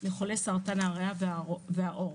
לחולי סרטן הריאה והעור.